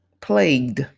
plagued